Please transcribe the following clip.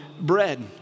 bread